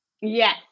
Yes